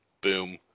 boom